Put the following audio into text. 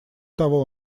того